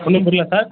ஒன்றும் புரியல சார்